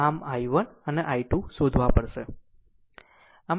આમ જો I 1 I 2 શોધવા પડશે